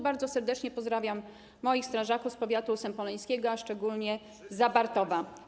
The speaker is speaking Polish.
Bardzo serdecznie pozdrawiam moich strażaków z powiatu sępoleńskiego, a szczególnie z Zabartowa.